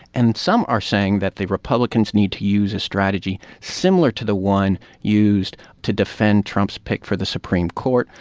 and some are saying that the republicans need to use a strategy similar to the one used to defend trump's pick for the supreme court,